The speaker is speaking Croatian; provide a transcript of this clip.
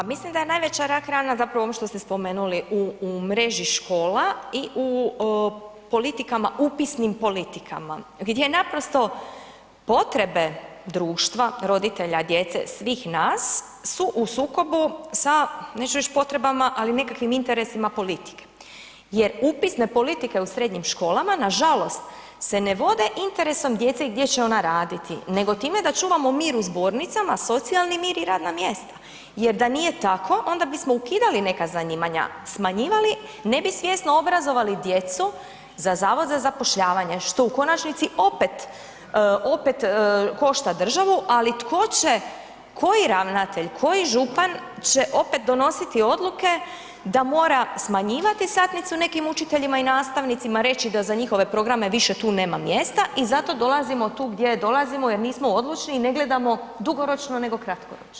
Pa mislim da je najveća rak rana zapravo ovo što ste spomenuli u mreži škola i u politikama, upisnim politikama gdje naprosto potrebe društva, roditelja, djece, svih nas su u sukobu sa neću reći potrebama ali nekakvim interesima politike jer upisne politike u srednjim školama nažalost se ne vode interesom djece i gdje će ona raditi nego time da čuvamo mir u zbornicama, socijalni mir i radna mjesta jer da nije tako onda bismo ukidali neka zanimanja, smanjivali, ne bi svjesno obrazovali djecu za zavod za zapošljavanje što u konačnici opet košta državu ali tko će, koji ravnatelj, koji župan će donositi odluke da mora smanjivati satnicu nekim učiteljima i nastavnicama, reći da za njihove programe više tu nema mjesta i zato dolazimo tu gdje dolazimo jer nismo odlučni i ne gledamo dugoročno nego kratkoročno.